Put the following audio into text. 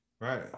right